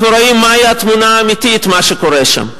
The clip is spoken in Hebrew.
אנחנו רואים מהי התמונה האמיתית, מה שקורה שם.